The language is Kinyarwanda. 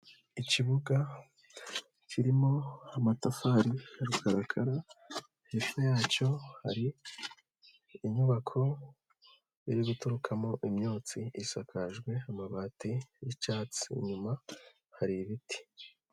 Ikibuga kirimo amatafari ya rukarakara hepfo yacyo hari inyubako iri guturukamo imyotsi isakajwe amabati y'icyatsi, inyuma hari ibiti.